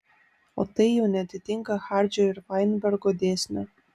o tai jau neatitinka hardžio ir vainbergo dėsnio